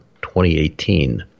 2018